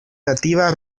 nativa